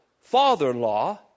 father-in-law